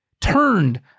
Turned